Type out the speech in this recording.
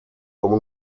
como